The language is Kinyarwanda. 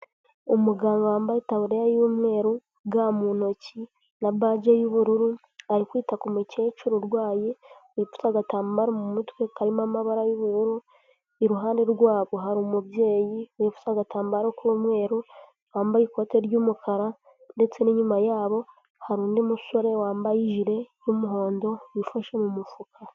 Umuganga wambaye itaburiya y'umweru, ga mu ntoki na baje y'ubururu, ari kwita ku mukecuru urwaye wipfutse agatambaro mu mutwe karimo amabara y'ubururu, iruhande rwabo hari umubyeyi wipfutse agatambaro k'umweru, wambaye ikote ry'umukara ndetse n'inyuma yabo, hari undi musore wambaye ijire y'umuhondo wifashe mu mufuka.